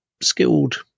skilled